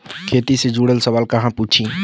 खेती से जुड़ल सवाल कहवा पूछी?